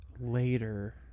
later